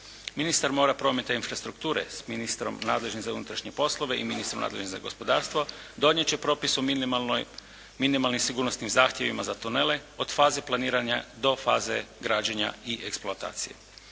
Ministar mora, prometa i infrastrukture sa ministrom nadležnim za unutrašnje poslove i ministrom nadležnim za gospodarstvo donijeti će propis o minimalnim sigurnosnim zahtjevima za tunele od faze planiranja, do faze građenja i eksploatacije.